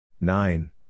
Nine